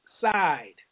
side